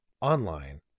online